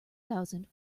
thousand